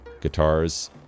guitars